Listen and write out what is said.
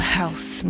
house